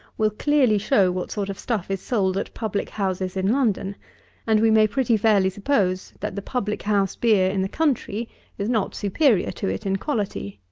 will clearly show what sort of stuff is sold at public-houses in london and we may pretty fairly suppose that the public-house beer in the country is not superior to it in quality,